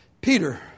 Peter